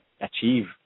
achieve